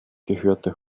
gehörte